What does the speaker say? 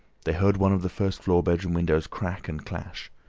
they heard one of the first-floor bedroom windows crack and clash.